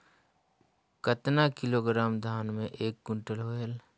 कतना किलोग्राम धान मे एक कुंटल होयल?